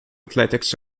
athletics